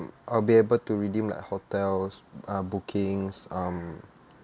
I'll be able to redeem like hotels uh bookings um